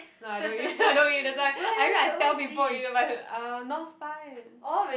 no I don't eat I don't eat that's why I mean I tell people eat but uh North Spine